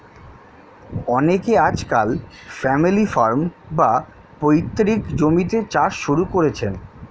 অনেকে আজকাল family farm, বা পৈতৃক জমিতে চাষ শুরু করেছেন